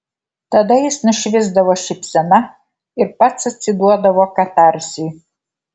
tada jis nušvisdavo šypsena ir pats atsiduodavo katarsiui